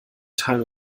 teilen